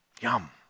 Yum